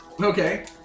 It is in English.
Okay